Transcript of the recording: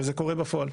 וזה קורה בפועל.